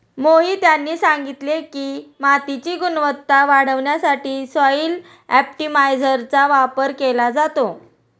मोहित यांनी सांगितले की, मातीची गुणवत्ता वाढवण्यासाठी सॉइल ऑप्टिमायझरचा वापर केला जातो